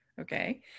Okay